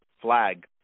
flag